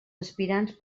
aspirants